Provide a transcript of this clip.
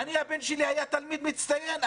הבן שלי היה תלמיד מצטיין,